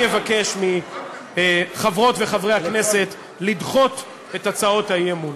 אני אבקש מחברות וחברי הכנסת לדחות את הצעות האי-אמון.